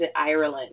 Ireland